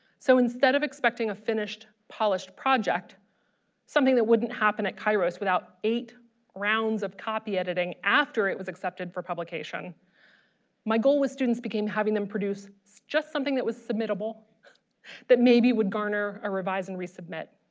so instead of expecting a finished polished project something that wouldn't happen at kairos without eight rounds of copy editing after it was accepted for publication my goal with students became having them produce so just something that was submit-able that maybe would garner a revise and resubmit.